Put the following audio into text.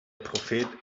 prophet